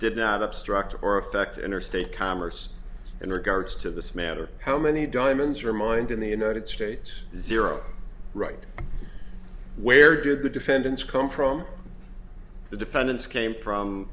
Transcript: did not obstruct or affect interstate commerce in regards to this matter how many diamonds are mined in the united states zero right where did the defendants come from the defendants came from